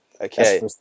okay